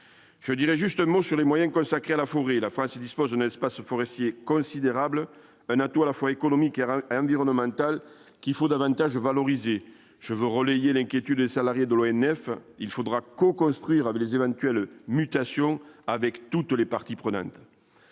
Je dirais justement sur les moyens consacrés à la forêt, la France y dispose n'est-ce pas ce forestier considérable, un atout à la fois économique et et environnemental qu'il faut davantage valoriser, je veux relayer l'inquiétude des salariés de l'ONF il faudra co-construire avec les éventuelles mutations avec toutes les parties prenantes.